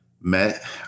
met